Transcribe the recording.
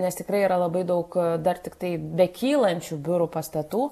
nes tikrai yra labai daug dar tiktai be kylančių biurų pastatų